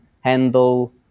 handle